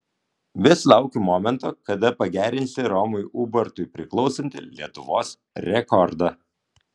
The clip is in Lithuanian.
vis laukiu momento kada pagerinsi romui ubartui priklausantį lietuvos rekordą